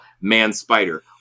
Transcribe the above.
Man-Spider